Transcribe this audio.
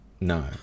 No